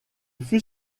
fut